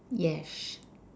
yes